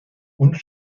und